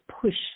push